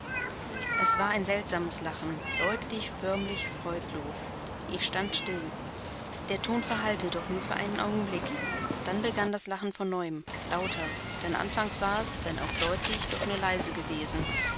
es war ein seltsames lachen deutlich förmlich freudlos ich stand still der ton verhallte doch nur für einen augenblick dann begann das lachen von neuem lauter denn anfangs war es wenn auch deut lich doch nur leise gewesen